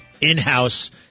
in-house